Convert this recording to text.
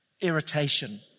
irritation